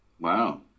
Wow